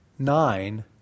Nine